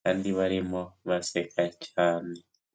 kandi barimo baseka cyane.